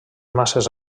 masses